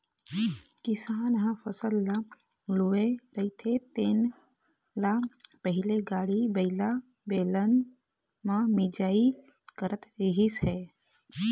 किसान ह फसल ल लूए रहिथे तेन ल पहिली गाड़ी बइला, बेलन म मिंजई करत रिहिस हे